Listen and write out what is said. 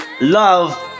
love